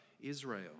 Israel